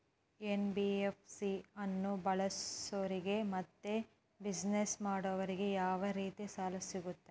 NBFC ಅನ್ನು ಬಳಸೋರಿಗೆ ಮತ್ತೆ ಬಿಸಿನೆಸ್ ಮಾಡೋರಿಗೆ ಯಾವ ರೇತಿ ಸಾಲ ಸಿಗುತ್ತೆ?